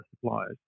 suppliers